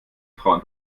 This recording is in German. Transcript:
frauen